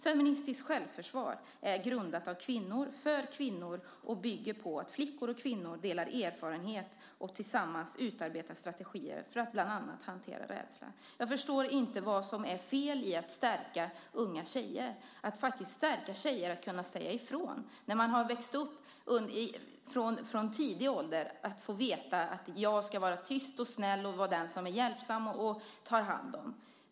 Feministiskt självförsvar är grundat av kvinnor för kvinnor och bygger på att flickor och kvinnor delar erfarenhet och tillsammans utarbetar strategier för att bland annat hantera rädsla. Jag förstår inte vad som är fel i att stärka unga tjejer - att faktiskt stärka tjejer i att kunna säga ifrån, när man har växt upp och från tidig ålder fått veta att man ska vara tyst och snäll och vara den som är hjälpsam och tar hand om.